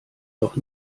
doch